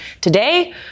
today